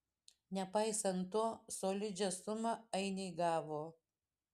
nepaisant to solidžią sumą ainiai gavo